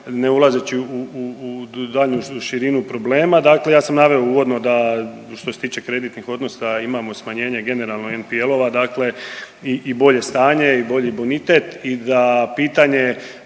ne ulazeći u daljnju širinu problema. Dakle, ja sam naveo uvodno da što se tiče kreditnih odnosa imamo smanjenje generalno NPL-ova dakle i bolje stanje i bolji bonitet i da pitanje